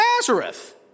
Nazareth